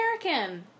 American